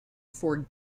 for